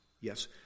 Yes